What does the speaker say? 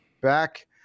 back